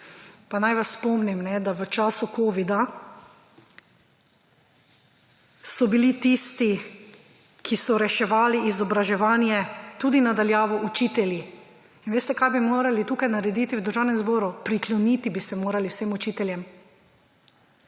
Pa naj vas spomnim, da v času Covida so bili tisti, ki so reševali izobraževanje tudi na daljavo, učitelji. In veste, kaj bi morali tukaj narediti v Državnem zboru? Prikloniti bi se morali vsem učiteljem,